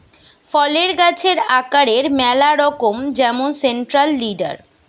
ফলের গাছের আকারের ম্যালা রকম যেমন সেন্ট্রাল লিডার